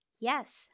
Yes